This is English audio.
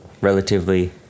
relatively